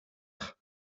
faire